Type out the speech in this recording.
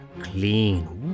Clean